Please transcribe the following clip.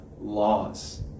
laws